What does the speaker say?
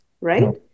right